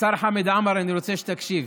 השר חמד עמאר, אני רוצה שתקשיב.